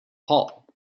hall